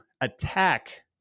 attack